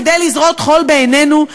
כדי לזרות חול בעינינו,